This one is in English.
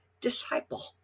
disciple